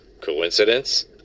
coincidence